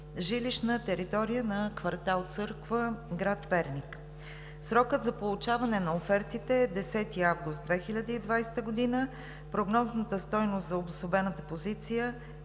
жилищна територия на квартал „Църква“ – град Перник. Срокът за получаване на офертите е 10 август 2020 г. Прогнозната стойност за Обособена позиция